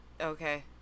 Okay